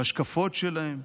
בהשקפות שלהם.